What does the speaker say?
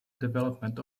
development